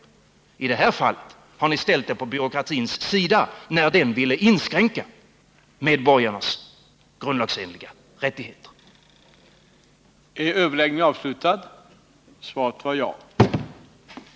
Men i det här fallet ställde ni er på byråkratins sida när den ville inskränka medborgarnas grundlagsenliga rättigheter.